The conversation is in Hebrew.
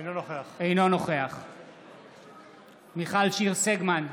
אינו נוכח מיכל שיר סגמן,